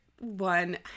One